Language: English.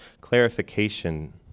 clarification